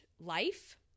life